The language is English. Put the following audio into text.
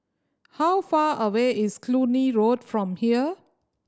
how far away is Cluny Road from here